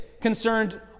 concerned